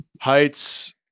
Heights